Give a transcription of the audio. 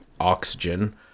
oxygen